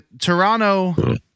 Toronto